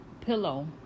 pillow